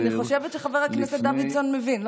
אני חושבת שחבר הכנסת דוידסון מבין,